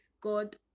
God